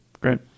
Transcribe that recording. great